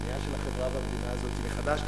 בבנייה של החברה והמדינה הזאת מחדש.